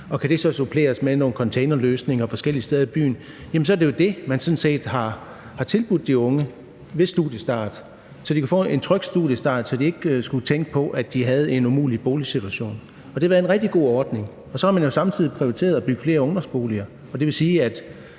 Kan det så suppleres med nogle containerløsninger forskellige steder i byen, jamen så er det jo det, man har tilbudt de unge ved studiestart, så de kan få en tryg studiestart og ikke skulle tænke på, at de var i en umulig boligsituation. Det har været en rigtig god ordning. Samtidig har man prioriteret at bygge flere ungdomsboliger, og det vil sige, at